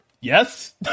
Yes